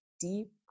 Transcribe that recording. deep